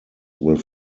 will